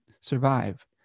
survive